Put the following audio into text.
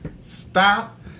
stop